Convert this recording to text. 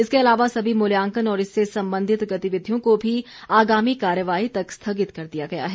इसके अलावा सभी मूल्यांकन और इससे संबंधित गतिविधियों को भी आगामी कार्यवाही तक स्थगित कर दिया गया है